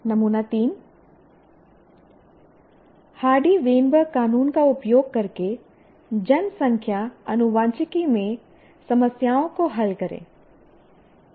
नमूना 3 Hardy Weinberg कानून का उपयोग करके जनसंख्या आनुवंशिकी में समस्याओं को हल करें